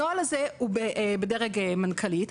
הנוהל הזה הוא בדרג מנכ"לית,